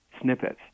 snippets